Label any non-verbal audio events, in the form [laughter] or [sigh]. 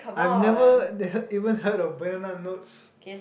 I've never [noise] even heard of banana notes